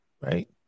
right